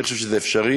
אני חושב שזה אפשרי